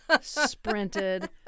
sprinted